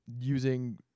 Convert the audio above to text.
using